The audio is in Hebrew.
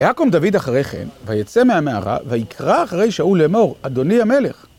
יעקב דוד אחרי כן, ויצא מהמערה, ויקרא אחרי שאול לאמור, אדוני המלך.